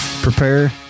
Prepare